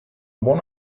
buona